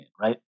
right